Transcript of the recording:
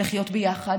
ולחיות ביחד,